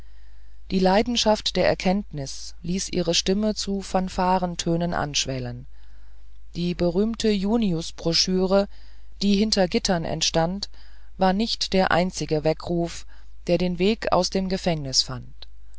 die leidenschaft der erkenntnis ließ ihre stimme zu fanfarentönen anschwellen die berühmte junius broschüre die hinter gittern entstand war nicht der einzige weckruf der den weg aus dem gefängnis fand